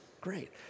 great